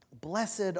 Blessed